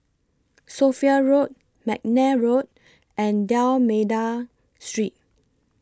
Sophia Road Mcnair Road and D'almeida Street